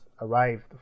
arrived